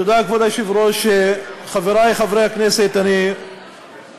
כבוד היושב-ראש, תודה, חברי חברי הכנסת, שמעתם